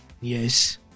Yes